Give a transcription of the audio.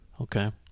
Okay